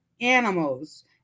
animals